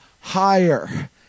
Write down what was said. higher